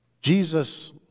Jesus